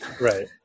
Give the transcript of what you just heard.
Right